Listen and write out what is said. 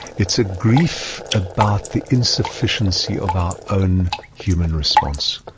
it's a grief about the insufficiency of our own human response.